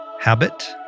habit